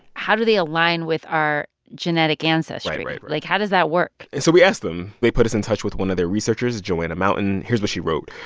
how do they align with our genetic ancestry? right, right, right like, how does that work? and so we asked them. they put us in touch with one of their researchers, joanna mountain. here's what she wrote.